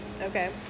okay